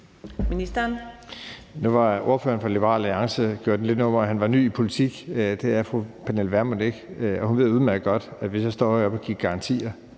Nu gjorde ordføreren for Liberal Alliance lidt et nummer ud af, at han var ny i politik, men det er fru Pernille Vermund ikke, og hun ved udmærket godt, at hvis jeg står heroppe og giver garantier,